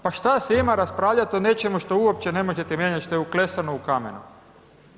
Pa šta se ima raspravljam o nečemu što uopće ne možete mijenjat što je uklesano u kamenu.